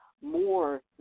more